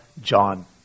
John